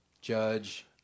Judge